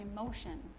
emotion